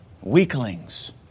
Weaklings